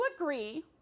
agree